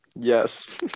Yes